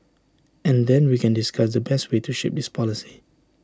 and then we can discuss the best way to shape this policy